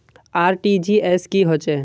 RTGS की होचए?